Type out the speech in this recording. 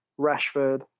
Rashford